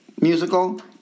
musical